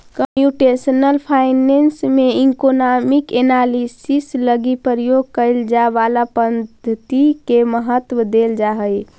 computational finance में economic analysis लगी प्रयोग कैल जाए वाला पद्धति के महत्व देल जा हई